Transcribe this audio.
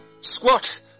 Squat